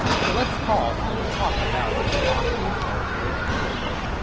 so let's pause and talk about this hua xin character a little bit.